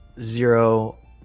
zero